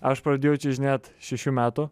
aš pradėjau čiuožinėt šešių metų